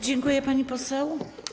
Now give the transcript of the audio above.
Dziękuję, pani poseł.